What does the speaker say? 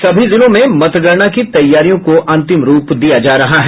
सभी जिलों में मतगणना की तैयारियों को अंतिम रूप दिया जा रहा है